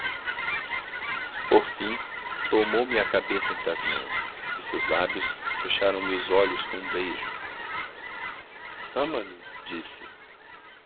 por fim tomou-me a cabeça entre as mãos e seus lábios fecharam me os olhos com um beijo ama-me disse